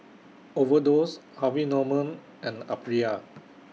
Overdose Harvey Norman and Aprilia